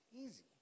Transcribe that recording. Easy